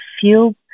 feel